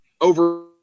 over